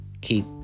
keep